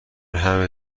همه